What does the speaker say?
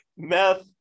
Meth